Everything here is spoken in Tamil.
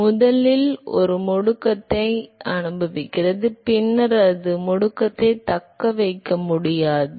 எனவே அது முதலில் ஒரு முடுக்கத்தை அனுபவிக்கிறது பின்னர் அது முடுக்கத்தைத் தக்கவைக்க முடியாது